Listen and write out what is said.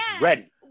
ready